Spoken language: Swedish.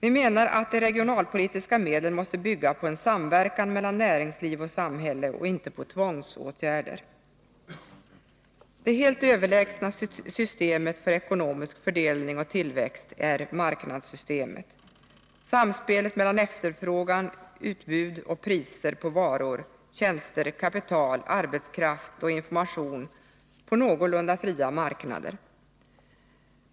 Vi menar att de regionalpolitiska medlen måste bygga på en samverkan mellan näringsliv och samhälle och inte på tvångsåtgärder. Det helt överlägsna systemet för ekonomisk fördelning och tillväxt är marknadssystemet, samspelet mellan efterfrågan, utbud och priser på varor, tjänster, kapital, arbetskraft och information på någorlunda fria marknader.